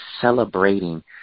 celebrating